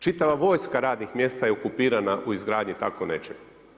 Čitava vojska radnih mjesta je okupirana u izgradnji tako nečeg.